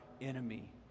enemy